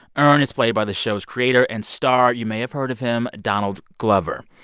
earn is played by the show's creator and star you may have heard of him donald glover.